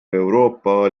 euroopa